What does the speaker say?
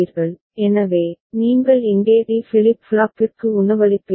DA ∑m245 எனவே நீங்கள் இங்கே டி ஃபிளிப் ஃப்ளாப்பிற்கு உணவளிப்பீர்கள்